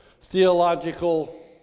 theological